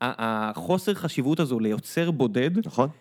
החוסר חשיבות הזו ליוצר בודד. נכון.